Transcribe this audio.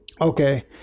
okay